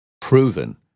proven